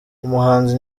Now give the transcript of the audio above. umuhanzi